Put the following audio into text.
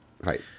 Right